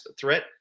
threat